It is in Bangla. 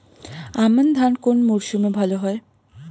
আমন ধান কোন মরশুমে ভাল হয়?